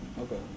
Okay